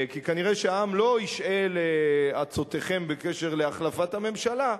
כי כנראה העם לא ישעה לעצותיכם בקשר להחלפת הממשלה.